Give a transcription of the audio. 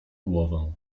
głowę